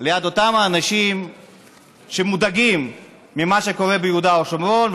ליד אותם האנשים שמודאגים ממה שקורה ביהודה ושומרון,